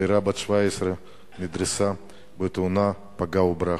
צעירה בת 17 נדרסה בתאונת פגע וברח,